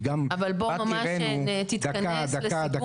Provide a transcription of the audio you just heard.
היא גם --- בוא תתכנס לסיכום.